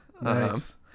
Nice